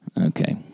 Okay